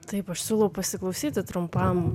taip aš siūlau pasiklausyti trumpam